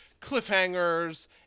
cliffhangers